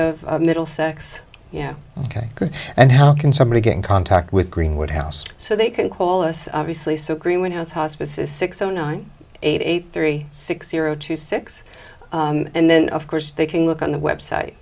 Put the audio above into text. of middlesex yeah ok and how can somebody get in contact with greenwood house so they can call us obviously so greenhouse hospices six zero nine eight eight three six zero two six and then of course they can look on the web